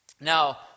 Now